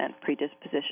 predisposition